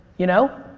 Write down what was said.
you know?